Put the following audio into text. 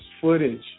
footage